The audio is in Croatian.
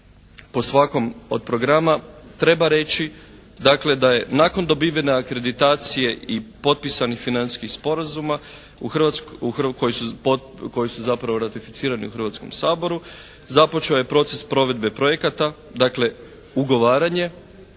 po svakom od programa treba reći dakle da je nakon dobivene akreditacije i potpisanih financijskih sporazuma koji su zapravo ratificirani u Hrvatskom saboru započeo je proces provedbe projekata, dakle ugovaranje,